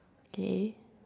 okay